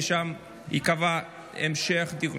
ושם ייקבע המשך דיון.